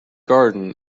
garden